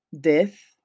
death